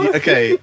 okay